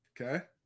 Okay